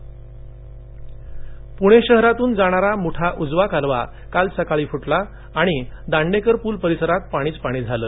पणे कालवा पुणे शहरातून जाणारा मुठा उजवा कालवा काल सकाळी फुटला आणि दांडेकर पूल परिसरात पाणीच पाणी झालं